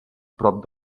prop